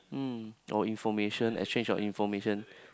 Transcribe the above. um or information exchange of information